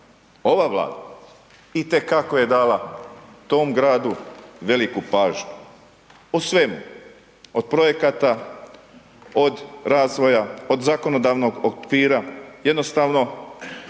Ova Vlada itekako je dala tom gradu veliku pažnju, o svemu, od projekata, od razvoja, od zakonodavnog okvira, jednostavno